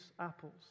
apples